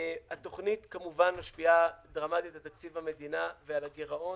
התוכנית כמובן משפיעה דרמטית על תקציב המדינה ועל הגירעון.